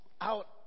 out